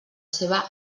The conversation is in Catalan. seva